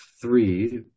three